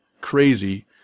Crazy